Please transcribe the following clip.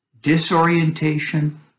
disorientation